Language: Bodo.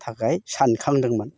थाखाय सानखांदोंमोन